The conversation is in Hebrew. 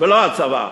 ולא הצבא.